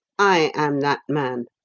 i am that man.